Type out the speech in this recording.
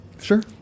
Sure